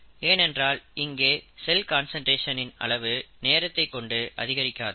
ஏனென்றால் இங்கே cell concentration அளவு நேரத்தை கொண்டு அதிகரிக்காது